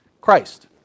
Christ